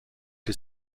die